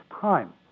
time